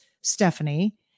Stephanie